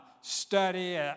study